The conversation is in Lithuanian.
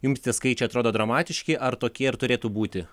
jums tie skaičiai atrodo dramatiški ar tokie ir turėtų būti